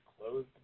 Close